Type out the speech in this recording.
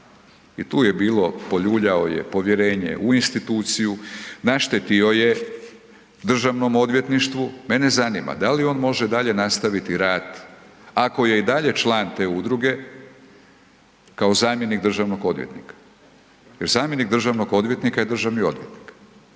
i tu je bilo, poljuljao je povjerenje u instituciju, naštetio je Državnom odvjetništvu, mene zanima da li on može dalje nastaviti rad ako je i dalje član te udruge kao zamjenik državnog odvjetnika? Jer zamjenik državnog odvjetnika je državni odvjetnik.